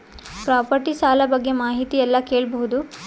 Property ಸಾಲ ಬಗ್ಗೆ ಮಾಹಿತಿ ಎಲ್ಲ ಕೇಳಬಹುದು?